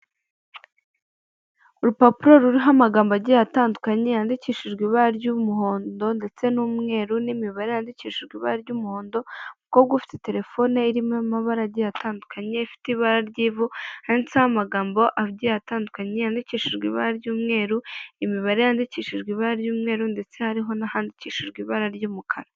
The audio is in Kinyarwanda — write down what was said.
Urupapuro ruriho amagambo agiye atandukanye yandikishijwe ibara ry'umuhondo ndetse n'umweru n'imibare yandikishijwe ibara ry'umuhondo, umukobwa ufite telefone irimo amabara agiye atandukanye ifite ibara ry'ivu, handitseho amagambo agiye atandukanye yandikishijwe ibara ry'umweru, imibare yandikishijwe ibara ry'umweru ndetse hariho n'ahandikishijwe ibara ry'umukara.